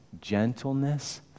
gentleness